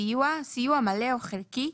"סיוע" סיוע מלא או חלקי,